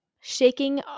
shaking